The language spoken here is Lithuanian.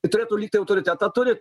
turėtų lygtai autoritetą turi